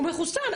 הוא מחוסן.